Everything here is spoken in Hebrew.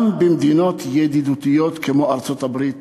גם במדינות ידידותיות כמו ארצות-הברית